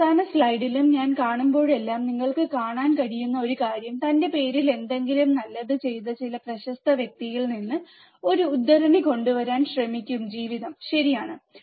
ഈ അവസാന സ്ലൈഡിലും ഞാൻ കാണുമ്പോഴെല്ലാം നിങ്ങൾക്ക് കാണാൻ കഴിയുന്ന ഒരു കാര്യം തന്റെ പേരിൽ എന്തെങ്കിലും നല്ലത് ചെയ്ത ചില പ്രശസ്ത വ്യക്തിയിൽ നിന്ന് ഒരു ഉദ്ധരണി കൊണ്ടുവരാൻ ശ്രമിക്കും ജീവിതം ശരിയാണ്